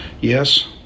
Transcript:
yes